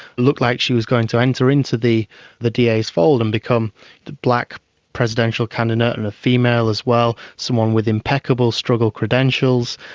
looked like she was going to enter into the the da's fold and become the black presidential candidate, and a female as well, someone with impeccable struggle credentials,